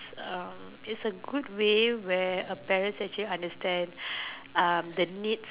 is a good way where a parent actually understand the needs